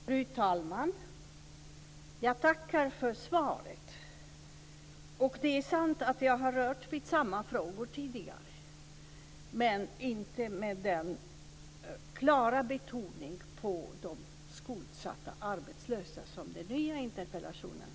Fru talman! Jag tackar för svaret. Det är sant att jag har berört samma frågor tidigare, men inte med den klara betoning på de skuldsatta arbetslösa som finns i den nya interpellationen.